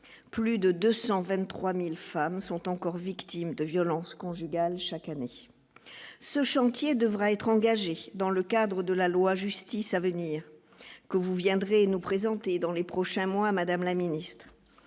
plus de 223000 femmes sont encore victimes de violences conjugales, chaque année, ce chantier devrait être engagée dans le cadre de la loi Justice à venir que vous viendrez nous présenter dans les prochains mois, Madame la Ministre,